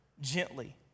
gently